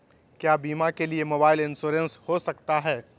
क्या बीमा के लिए मोबाइल इंश्योरेंस हो सकता है?